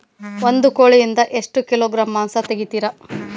ಒಂದು ಕೋಳಿಯಿಂದ ಎಷ್ಟು ಕಿಲೋಗ್ರಾಂ ಮಾಂಸ ತೆಗಿತಾರ?